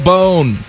Bone